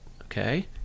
okay